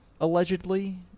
allegedly